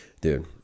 dude